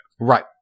Right